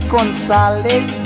Gonzalez